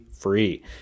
Free